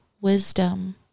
wisdom